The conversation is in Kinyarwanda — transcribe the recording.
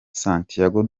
santiago